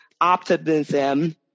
optimism